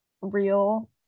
real